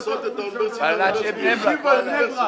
צריך לחזק את --- ולעשות את האוניברסיטה --- ישיבה בבני ברק.